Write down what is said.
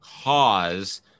cause